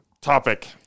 topic